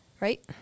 right